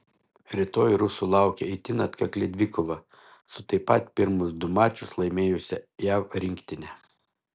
rytoj rusų laukia itin atkakli dvikova su taip pat pirmus du mačus laimėjusia jav rinktine